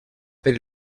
per